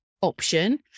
option